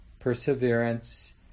perseverance